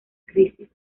crisis